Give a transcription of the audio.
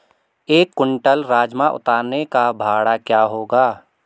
एक क्विंटल राजमा उतारने का भाड़ा क्या होगा?